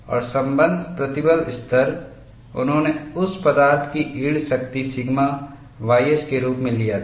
और संबद्ध प्रतिबल स्तर उन्होंने उस पदार्थ की यील्ड शक्ति सिग्मा ys के रूप में लिया था